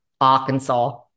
Arkansas